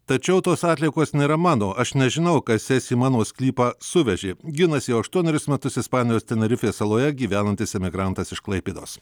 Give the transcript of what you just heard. tačiau tos atliekos nėra mano aš nežinau kas jas įmano sklypą suvežė ginasi jau aštuonerius metus ispanijos tenerifės saloje gyvenantis emigrantas iš klaipėdos